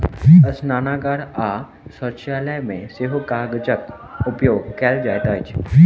स्नानागार आ शौचालय मे सेहो कागजक उपयोग कयल जाइत अछि